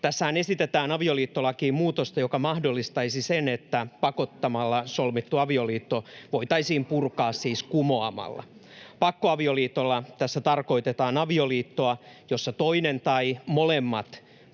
Tässähän esitetään avioliittolakiin muutosta, joka mahdollistaisi sen, että pakottamalla solmittu avioliitto voitaisiin purkaa kumoamalla. Pakkoavioliitolla tässä tarkoitetaan avioliittoa, jossa toinen tai molemmat puolisot